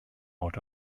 out